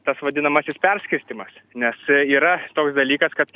tas vadinamasis perskirstymas nes yra toks dalykas kad